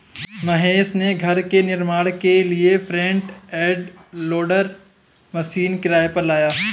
महेश घर के निर्माण के लिए फ्रंट एंड लोडर मशीन किराए पर लाया